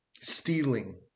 stealing